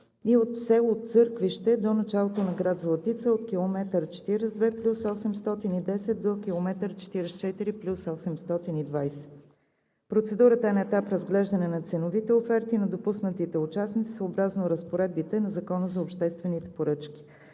– от село Църквище до началото на град Златица от км 42+810 до 44+820. Процедурата е на етап разглеждане на ценовите оферти на допуснатите участници съобразно разпоредбите на Закона за обществените поръчки.